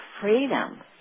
freedom